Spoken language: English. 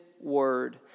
word